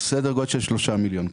סדר גודל של שלושה מיליון כבר.